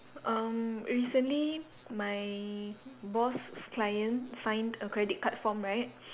um recently my boss's client signed a credit card form right